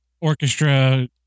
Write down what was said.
orchestra